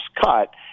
cut